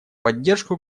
поддержку